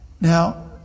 Now